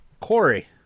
Corey